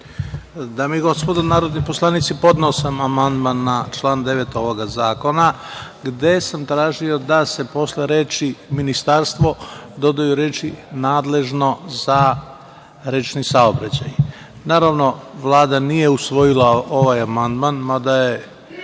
Dame i gospodo narodni poslanici, podneo sam amandman na član 9. ovog zakona, gde sam tražio da se posle reči „ministarstvo“ dodaju reči „nadležno za rečni saobraćaj“.Naravno, Vlada nije usvojila ovaj amandman, mada su